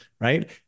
right